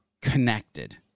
connected